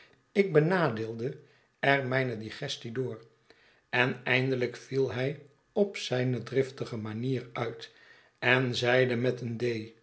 ik benadeelde er mijne digestie door en eindelijk viel hij op zijne driftige manier uit en zeide met eene